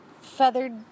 feathered